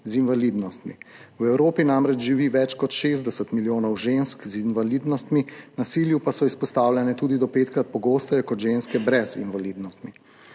z invalidnostmi. V Evropi namreč živi več kot 60 milijonov žensk z invalidnostmi, nasilju pa so izpostavljene tudi do petkrat pogosteje kot ženske brez invalidnosti.